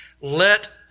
Let